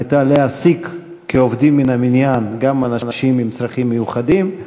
הייתה להעסיק כעובדים מן המניין גם אנשים עם צרכים מיוחדים.